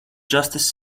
justice